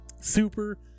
super